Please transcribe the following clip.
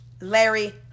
Larry